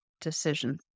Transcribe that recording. decision